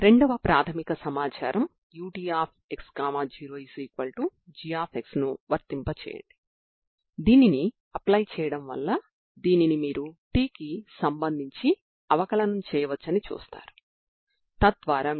కాబట్టి మనం దీనికి డిఅలెమ్బెర్ట్ D'alembert పరిష్కారాన్ని కలిగి ఉన్నాము మరియు ఎనర్జీ ఆర్గ్యుమెంట్ ద్వారా ఇది ప్రత్యేకమైన పరిష్కారం అని కూడా మనం చూశాము